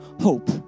hope